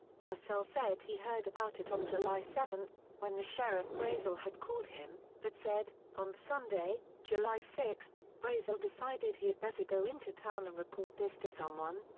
marcel said he heard about it on july seven when the sheriff brazel had called him, but said, on sunday, july six, brazel decided he had better go into town and report this to someone,